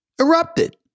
erupted